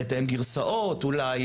לתאם גרסאות אולי,